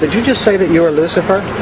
and you just say that you were lucifer?